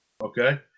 Okay